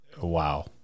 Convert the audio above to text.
Wow